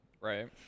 Right